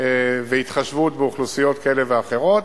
והתחשבות באוכלוסיות כאלה ואחרות.